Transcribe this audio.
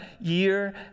year